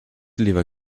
lieber